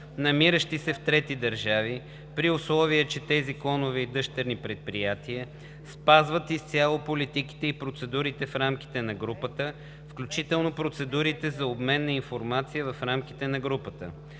намиращи се в трети държави, при условие че тези клонове и дъщерни предприятия спазват изцяло политиките и процедурите в рамките на групата, включително процедурите за обмен на информация в рамките на групата,